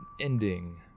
ending